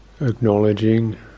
acknowledging